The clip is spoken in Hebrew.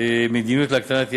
מדיניות להקטנת האי-שוויון.